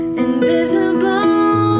invisible